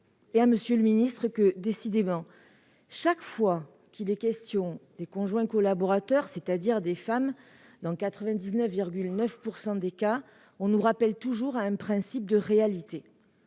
et à M. le ministre que, décidément, chaque fois qu'il est question des conjoints collaborateurs, c'est-à-dire de femmes dans 99,9 % des cas, on nous rappelle toujours au principe de réalité.